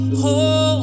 hold